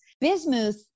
Bismuth